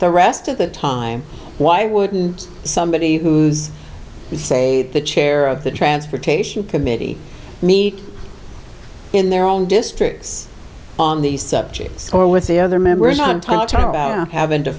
the rest of the time why would somebody who's say the chair of the transportation committee meets in their own districts on these subjects or with the other members i'm talking about having to